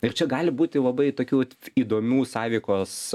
ir čia gali būti labai tokių įdomių sąveikos